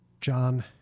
John